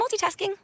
multitasking